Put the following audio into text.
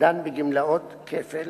דן בגמלאות כפל